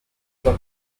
for